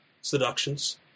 seductions